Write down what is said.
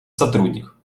сотрудник